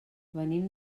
venim